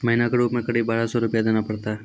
महीना के रूप क़रीब बारह सौ रु देना पड़ता है?